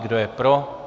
Kdo je pro?